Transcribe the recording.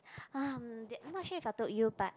um not sure if it told you but